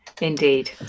Indeed